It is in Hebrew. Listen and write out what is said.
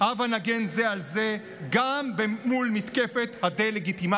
הבה נגן זה על זה גם מול מתקפת הדה-לגיטימציה,